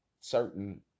certain